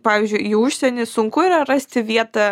pavyzdžiui į užsienį sunku yra rasti vietą